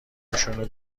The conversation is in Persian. هاشونو